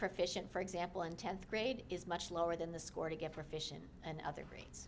proficient for example in tenth grade is much lower than the score to get for fission and other